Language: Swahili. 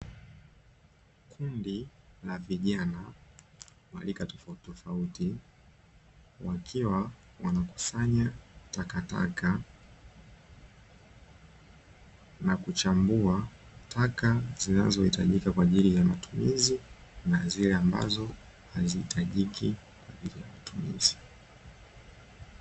Kundi la vijana wa rika tofauti tofauti, wakiwa wanakusanya takataka na kuchambua taka zinazohitajika kwa ajili ya matumizi na zile ambazo hazihitajiki kwa ajili ya matumizi.